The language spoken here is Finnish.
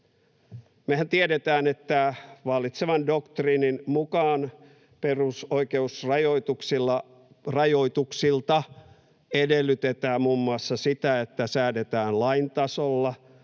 Mehän tiedetään, että vallitsevan doktriinin mukaan perusoikeusrajoituksilta edellytetään muun muassa sitä, että säädetään lain tasolla;